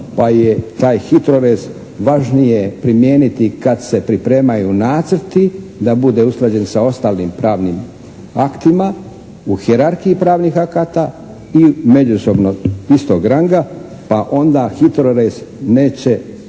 pa je taj HITRORez važnije primijeniti kad se pripremaju nacrti da bude usklađen sa ostalim pravnim aktima u hijerarhiji pravnih akata i međusobno istog ranga pa onda HITRORez neće